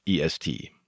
est